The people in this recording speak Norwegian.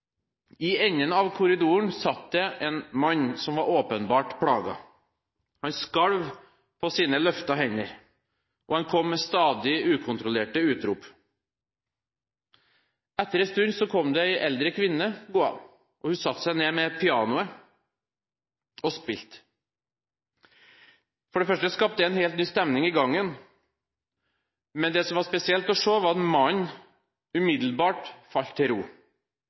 i Levanger. I enden av korridoren satt det en mann som var åpenbart plaget. Han skalv på sine løftede hender, og han kom med stadige, ukontrollerte utrop. Etter en stund kom det en eldre kvinne gående, og hun satte seg ned ved pianoet og spilte. For det første skapte det en helt ny stemning i gangen, men det som var spesielt å se, var at mannen umiddelbart falt til ro.